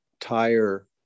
tire